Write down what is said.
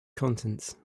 contents